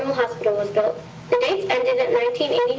hospital was built. the dates ended at one